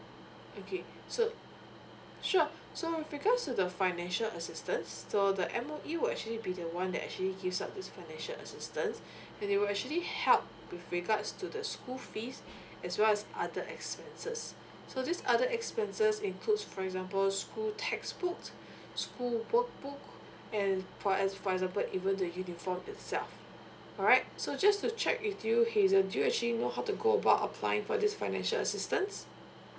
okay so sure so with regards to the financial assistance so the M_O_E will actually be the one that actually used up this financial assistance and they will actually help with regards to the school fees as well as other expenses so this other expenses includes for example school textbooks school workbook and for ex~ for example even the uniform itself alright so just to check with you hazel do you actually know how to go about applying for this financial assistance